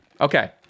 okay